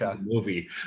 movie